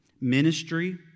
Ministry